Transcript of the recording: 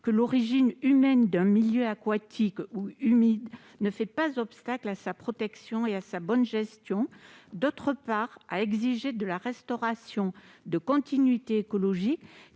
que l'origine humaine d'un milieu aquatique ou humide ne fait pas obstacle à sa protection et à sa bonne gestion ; d'autre part, à exiger de la restauration de la continuité écologique